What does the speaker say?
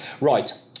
Right